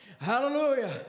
Hallelujah